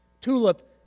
TULIP